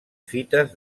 fites